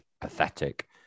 pathetic